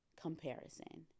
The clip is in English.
comparison